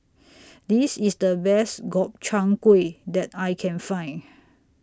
This IS The Best Gobchang Gui that I Can Find